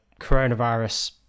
coronavirus